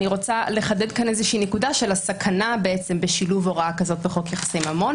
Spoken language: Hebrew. אני רוצה לחדד כאן נקודה של הסכנה בשילוב הוראה כזאת בחוק יחסי ממון.